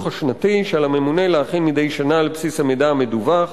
השנתי שעל הממונה להכין מדי שנה על בסיס המידע המדווח.